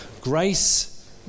grace